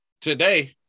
today